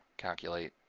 calculate.